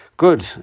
Good